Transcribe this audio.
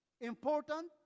important